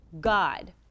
God